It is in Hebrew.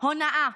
הונאה,